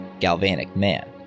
galvanicman